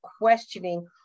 questioning